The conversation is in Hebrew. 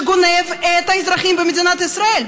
ושגונב את האזרחים מדינת ישראל.